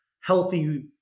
healthy